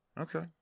Okay